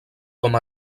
com